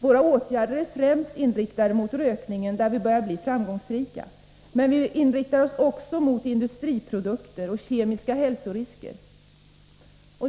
Våra åtgärder är främst inriktade mot rökningen, där vi börjar bli framgångsrika. Men vi riktar oss också mot industriprodukter och kemiska hälsorisker.